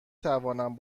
توانم